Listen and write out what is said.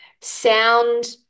sound